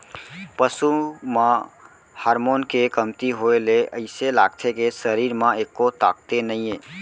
पसू म हारमोन के कमती होए ले अइसे लागथे के सरीर म एक्को ताकते नइये